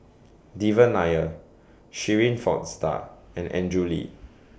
Devan Nair Shirin Fozdar and Andrew Lee